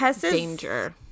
danger